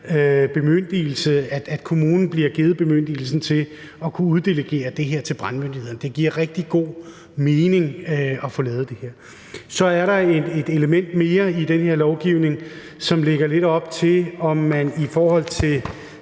at kommunen får den her bemyndigelse til at kunne uddelegere det her til brandmyndighederne. Det giver rigtig god mening at få lavet det her. Så er der et element mere i den her lovgivning, der i forbindelse